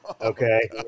okay